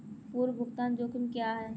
पूर्व भुगतान जोखिम क्या हैं?